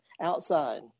outside